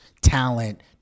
talent